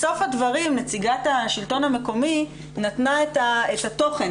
בסוף הדברים נציגת השלטון המקומי נתנה את התוכן,